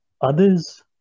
others